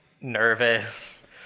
nervous